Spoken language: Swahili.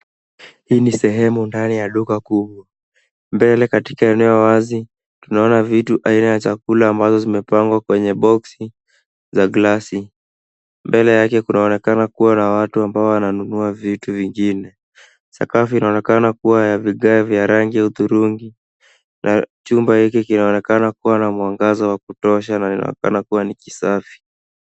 Hii ni sehemu ndani ya duka kuu, mbele katika eneo wazi, tunaona vitu aina ya chakula ambazo zimepangwa kwa boxi za glasi. Mbele yake kunaonekana kuwa na watu ambao wananunua vitu vingine. Sakafu inaonekana kuwa ya vigae vya rangi ya hudhurungi, na chumba hiki kinaonekana kuwa na mwangaza wa kutosha, na inaonekana kuwa ni kisafi.